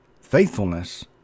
faithfulness